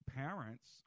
parents